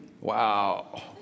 wow